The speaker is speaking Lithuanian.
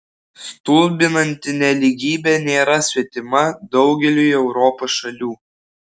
stulbinanti nelygybė nėra svetima daugeliui europos šalių